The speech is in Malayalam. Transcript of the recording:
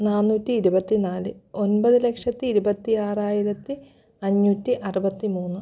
നാന്നൂറ്റി ഇരുപത്തി നാല് ഒൻപത് ലക്ഷത്തി ഇരുപത്തിയാറായിരത്തി അഞ്ഞൂറ്റി അറുപത്തി മൂന്ന്